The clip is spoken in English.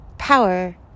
power